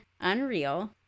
Unreal